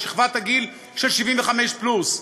לשכבת הגיל של 75 פלוס.